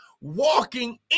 walking